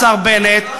השר בנט,